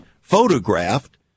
photographed